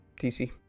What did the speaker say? DC